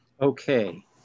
Okay